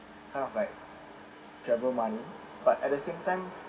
kind of like travel money but at the same time